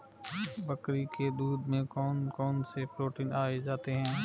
बकरी के दूध में कौन कौनसे प्रोटीन पाए जाते हैं?